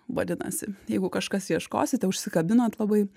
vadinasi jeigu kažkas ieškosite užsikabinot labai